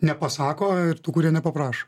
nepasako ir tų kurie nepaprašo